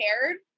prepared